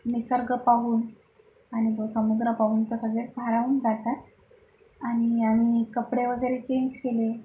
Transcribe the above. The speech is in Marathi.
निसर्ग पाहून आणि तो समुद्र पाहून तर सगळेच भारावून जातात आणि आम्ही कपडे वगैरे चेंज केले